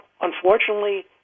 unfortunately